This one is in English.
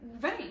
Right